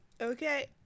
okay